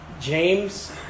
James